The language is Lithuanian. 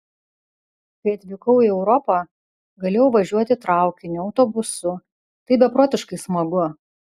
kai atvykau į europą galėjau važiuoti traukiniu autobusu tai beprotiškai smagu